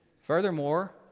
Furthermore